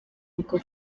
bwo